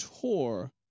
tour